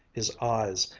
his eyes,